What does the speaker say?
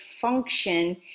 function